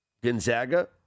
Gonzaga